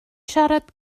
siarad